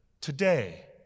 today